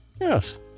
yes